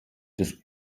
des